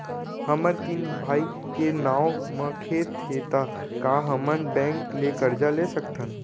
हमर तीन भाई के नाव म खेत हे त का हमन बैंक ले करजा ले सकथन?